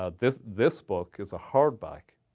ah this this book is a hardback